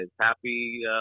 Happy